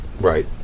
Right